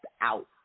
out